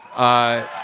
i